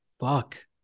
Fuck